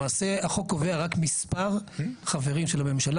למעשה החוק קובע רק מספר חברים של הממשלה